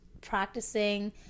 practicing